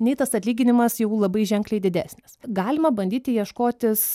nei tas atlyginimas jau labai ženkliai didesnis galima bandyti ieškotis